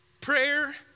Prayer